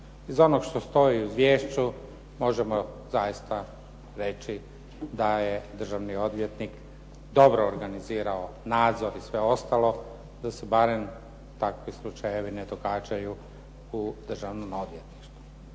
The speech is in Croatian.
Iz onoga što stoji u Izvješću možemo zaista reći da je državni odvjetnik dobro organizirao nadzor i sve ostalo da se barem takvi slučajevi ne događaju u Državnom odvjetništvu.